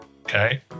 Okay